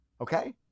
okay